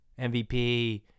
MVP